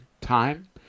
time